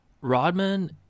Rodman